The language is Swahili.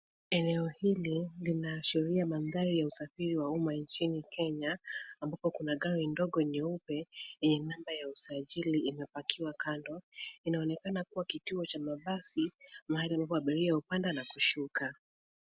Eneo hili linaashiria mandari ya usafiri wa umma nchini Kenya. Ambapo kuna gari ndogo nyeupe yenye namba ya usajili imepakiwa kando. Inaonekana kuwa kituo cha mabasi mahali ambapo abiria hupanda na kushuka.